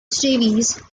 davis